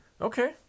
Okay